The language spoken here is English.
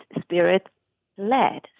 spirit-led